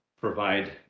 Provide